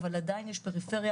אבל עדיין יש פריפריה,